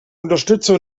unterstützer